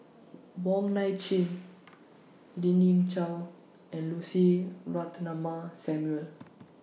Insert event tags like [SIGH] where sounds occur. [NOISE] Wong Nai [NOISE] Chin Lien Ying Chow and Lucy Ratnammah Samuel